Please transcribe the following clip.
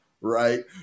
right